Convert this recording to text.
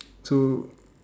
so